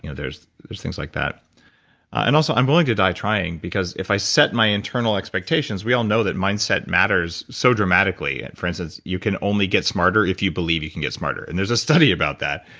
you know there's there's things like that and also, i'm willing to die trying, because if i set my internal expectations, we all know that mindset matters so dramatically. for instance, you can only get smarter if you believe you can get smarter. and there's a study about that.